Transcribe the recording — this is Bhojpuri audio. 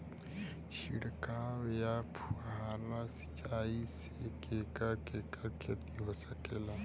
छिड़काव या फुहारा सिंचाई से केकर केकर खेती हो सकेला?